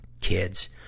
kids